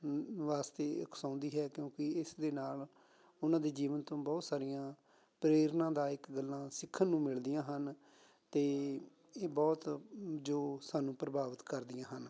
ਵਾਸਤੇ ਉਕਸਾਉਂਦੀ ਹੈ ਕਿਉਂਕਿ ਇਸ ਦੇ ਨਾਲ ਉਹਨਾਂ ਦੇ ਜੀਵਨ ਤੋਂ ਬਹੁਤ ਸਾਰੀਆਂ ਪ੍ਰੇਰਨਾ ਦਾ ਇੱਕ ਗੱਲਾਂ ਸਿੱਖਣ ਨੂੰ ਮਿਲਦੀਆਂ ਹਨ ਅਤੇ ਇਹ ਬਹੁਤ ਜੋ ਸਾਨੂੰ ਪ੍ਰਭਾਵਿਤ ਕਰਦੀਆਂ ਹਨ